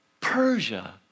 Persia